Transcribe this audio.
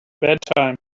bedtime